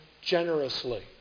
generously